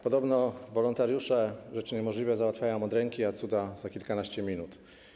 Podobno wolontariusze rzeczy niemożliwe załatwiają od ręki, a cuda - za kilkanaście minut.